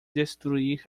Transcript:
destruir